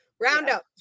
Roundup